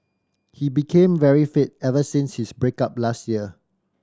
he became very fit ever since his break up last year